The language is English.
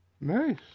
Nice